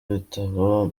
ibitabo